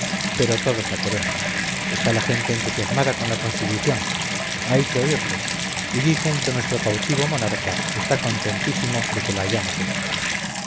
pero todos la queremos está la gente entusiasmada con la constitución hay que oírles y dicen que nuestro cautivo monarca está contentísimo de que la hayamos hecho